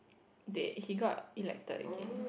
they he got elected again